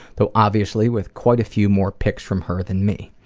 though obviously with quite a few more picks from her than me.